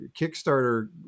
kickstarter